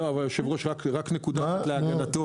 היושב-ראש, נקודה להגנתו.